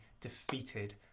defeated